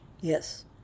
Yes